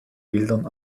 bildern